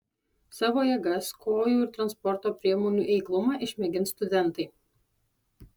savo jėgas kojų ir transporto priemonių eiklumą išmėgins studentai